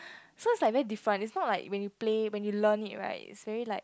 so it's like very different and it's not like you play learn it right it's very like